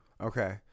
Okay